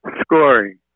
scoring